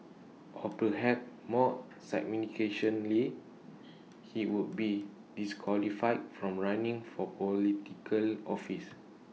or perhaps more he would be disqualified from running for Political office